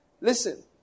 Listen